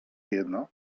jedno